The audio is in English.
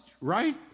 right